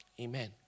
Amen